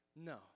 No